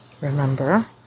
Remember